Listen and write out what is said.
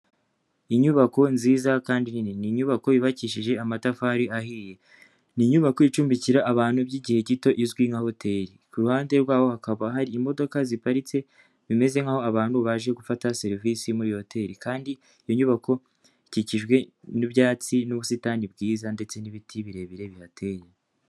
Inyubako nziza kandi nini. Ni inyubako yubakishije amatafari ahiye. Ni inyubako icumbikira abantu by'igihe gito izwi nka hoteri. Ku ruhande rwaho hakaba hari imodoka ziparitse bimeze nk'ago abantu baje gufata serivisi muri hoteri. Kandi iyo nyubako ikikijwe n'ibyatsi n'ubusitani bwiza ndetse n'ibiti birebire bihateye.